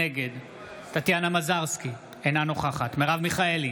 נגד טטיאנה מזרסקי, אינה נוכחת מרב מיכאלי,